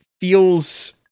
feels